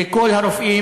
הוא יודע על מה הוא מדבר.